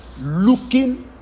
Looking